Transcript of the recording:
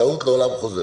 טעות לעולם חוזרת.